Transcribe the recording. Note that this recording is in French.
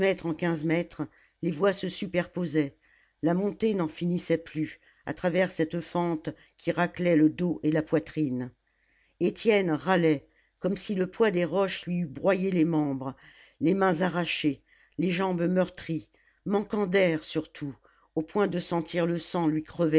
en quinze mètres les voies se superposaient la montée n'en finissait plus à travers cette fente qui raclait le dos et la poitrine étienne râlait comme si le poids des roches lui eût broyé les membres les mains arrachées les jambes meurtries manquant d'air surtout au point de sentir le sang lui